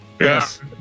Yes